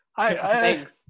Thanks